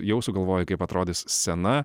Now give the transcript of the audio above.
jau sugalvojai kaip atrodys scena